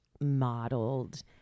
modeled